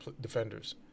defenders